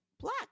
black